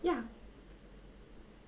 ya